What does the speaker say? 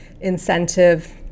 incentive